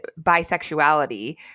bisexuality